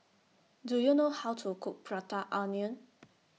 Do YOU know How to Cook Prata Onion